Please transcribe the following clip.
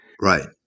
Right